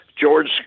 George